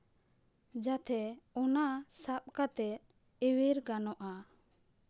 ᱡᱟᱛᱮ ᱚᱱᱟ ᱥᱟᱵ ᱠᱟᱛᱮᱫ ᱮᱣᱮᱨ ᱜᱟᱱᱚᱜᱼᱟ